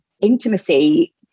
intimacy